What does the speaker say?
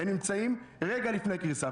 הם נמצאים רגע לפני קריסה.